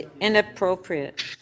inappropriate